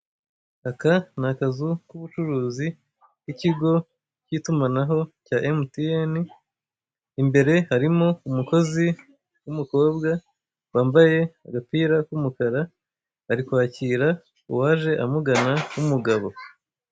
Aka ni akazu k'ubucuruzi k'ikigo k'itumanaho cya emutiyeni imbere harimo umukozi w'umukobwa wambaye agapira k'umukara ari kwakira uwaje amugana w'umugabo.